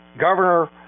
Governor